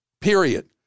period